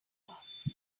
arts